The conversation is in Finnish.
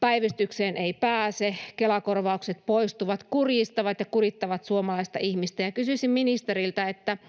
päivystykseen ei pääse, Kela-korvaukset poistuvat, kurjistavat ja kurittavat suomalaista ihmistä, ja kysyisin ministeriltä: miten